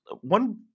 one